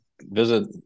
visit